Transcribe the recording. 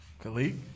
Khalid